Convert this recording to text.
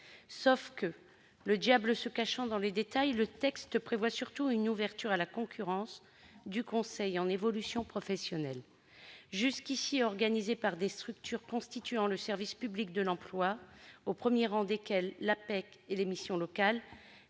sauf que, le diable se cachant dans les détails, le texte prévoit surtout une ouverture à la concurrence du conseil en évolution professionnelle jusqu'ici organisé par des structures constituant le service public de l'emploi, au premier rang desquelles l'APEC et les missions locales.